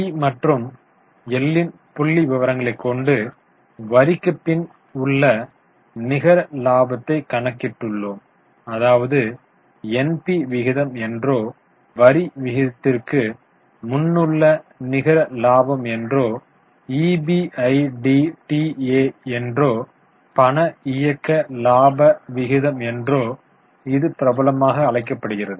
B மற்றும் L ன் புள்ளிவிவரங்களை கொண்டு வரிக்குப் பின் உள்ள நிகர இலாபத்தை கணக்கிட்டுள்ளோம் அதாவது NP விகிதம் என்றோ வரி விகிதத்திற்கு முன்னுள்ள நிகர லாபம் என்றோ இபிஐடிடீஎ என்றோ பண இயக்க லாப விகிதம் என்றோ இது பிரபலமாக அழைக்கப்படுகிறது